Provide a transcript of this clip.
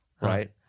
right